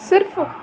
सिर्फ